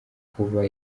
kuba